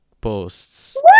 posts